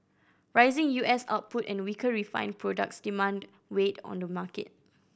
rising U S output and weaker refined products demand weighed on the market